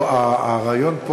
את עיקרי הדברים.